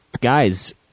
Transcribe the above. guys